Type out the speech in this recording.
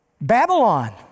Babylon